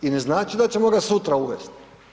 I ne znači da ćemo ga sutra uvest.